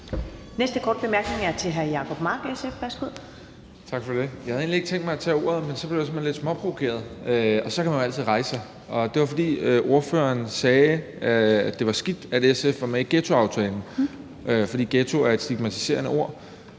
næste korte bemærkning er til hr. Jacob Mark, SF. Værsgo. Kl. 15:25 Jacob Mark (SF): Tak for det. Jeg havde egentlig ikke tænkt mig at tage ordet, men så blev jeg simpelt hen lidt småprovokeret, og så kan man jo altid rejse sig. Det var, fordi ordføreren sagde, at det var skidt, at SF var med i ghettoaftalen, for ghetto er et stigmatiserende ord.